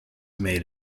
made